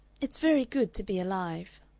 it's very good to be alive.